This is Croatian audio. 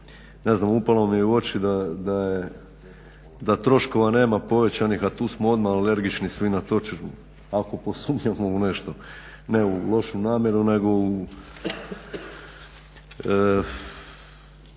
Ne znam upalo mi je u oči da troškova nema povećanih, a tu smo odmah alergični svi na to ako posumnjamo u nešto, ne u lošu namjeru nego u